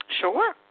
Sure